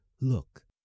Look